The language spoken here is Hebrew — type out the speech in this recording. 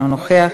אינו נוכח,